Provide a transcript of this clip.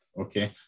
Okay